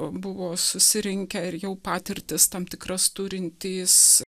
buvo susirinkę ir jau patirtis tam tikras turintys